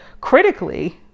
critically